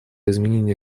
изменение